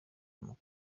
amakuru